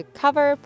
cover